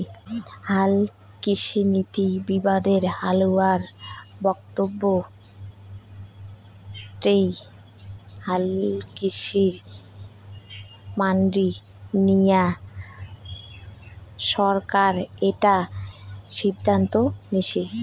হালকৃষিনীতি বিবাদে হালুয়ার বক্তব্য এ্যাই হালকৃষিত মান্ডি নিয়া সরকার একা সিদ্ধান্ত নিসে